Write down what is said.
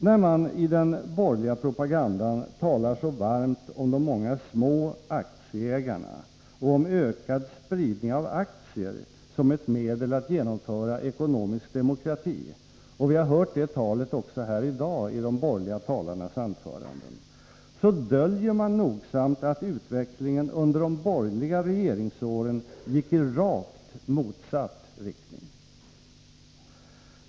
När man i den borgerliga propagandan talar så varmt om de många små aktieägarna och om ökad spridning av aktier som ett medel att genomföra ekonomisk demokrati — vi har hört det talet också i dag i de borgerliga talarnas anföranden — döljer man nogsamt att utvecklingen under de borgerliga regeringsåren gick i rakt motsatt riktning.